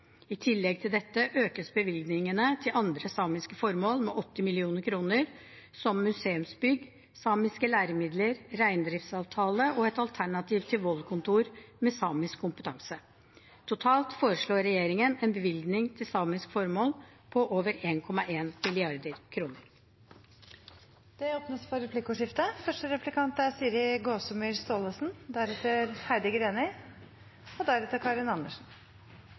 I tillegg til dette økes bevilgningene til andre samiske formål, som museumsbygg, samiske læremidler, reindriftsavtale og et Alternativ til Vold-kontor med samisk kompetanse, med 80 mill. kr. Totalt foreslår regjeringen en bevilgning til samiske formål på over 1,1 mrd. kr. Det blir replikkordskifte. Arbeiderpartiet prioriterer de store pengene på tjenester innbyggerne trenger i hverdagen – barnehage, skole, eldreomsorg og